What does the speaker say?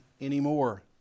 anymore